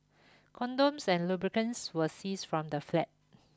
condoms and lubricants were seized from the flat